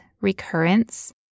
Recurrence